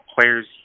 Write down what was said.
Players